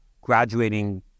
graduating